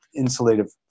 insulative